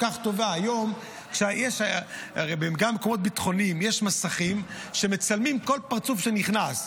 היום גם במקומות ביטחוניים יש מסכים שמצלמים כל פרצוף שנכנס.